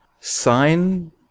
sign